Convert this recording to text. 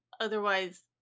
otherwise